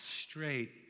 straight